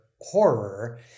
horror